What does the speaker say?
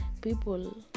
People